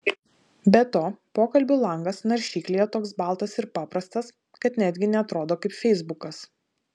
be to pokalbių langas naršyklėje toks baltas ir paprastas kad netgi neatrodo kaip feisbukas